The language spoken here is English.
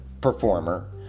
performer